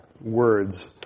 words